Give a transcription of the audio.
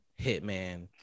hitman